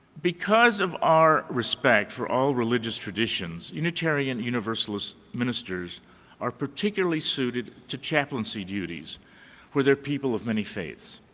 because of our respect for all religious traditions, unitarian universalist ministers are particularly suited to chaplaincy duties where there are people of many faiths.